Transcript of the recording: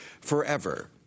forever